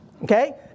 Okay